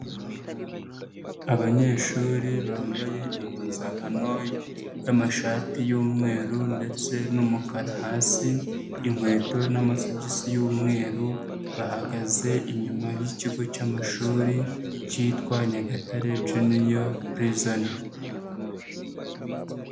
Abanyeshuri bambaye impuzankano y'amashati y'umweru ndetse n'umukara hasi inkweto n'amasogisi y'umweru bahagaze inyuma y'ikigo cy'amashuri cyitwa Nyagatare junior prison.